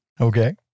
Okay